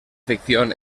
ficción